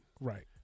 Right